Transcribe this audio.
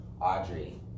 Audrey